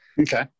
Okay